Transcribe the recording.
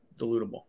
dilutable